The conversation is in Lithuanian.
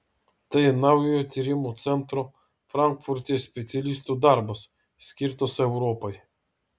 tai naujojo tyrimų centro frankfurte specialistų darbas skirtas europai